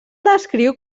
descriu